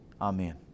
Amen